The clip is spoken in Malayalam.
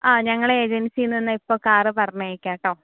ആ ഞങ്ങൾ ഏജൻസിയിൽ നിന്ന് ഇപ്പം കാർ പറഞ്ഞയയ്ക്കാം കേട്ടോ